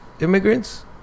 immigrants